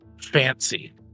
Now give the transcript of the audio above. fancy